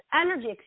energy